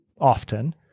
often